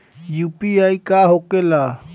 UPI का होके ला?